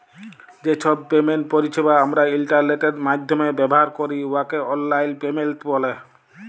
যে ছব পেমেন্ট পরিছেবা আমরা ইলটারলেটের মাইধ্যমে ব্যাভার ক্যরি উয়াকে অললাইল পেমেল্ট ব্যলে